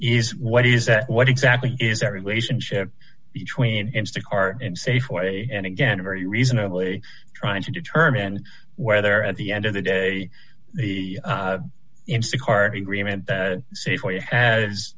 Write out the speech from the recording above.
is what is that what exactly is that relationship between into the car and safeway and again very reasonably trying to determine whether at the end of the day the insta card agreement that safeway as